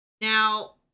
now